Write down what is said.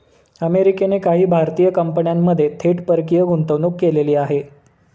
अमेरिकेने काही भारतीय कंपन्यांमध्ये थेट परकीय गुंतवणूक केलेली आहे